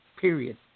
period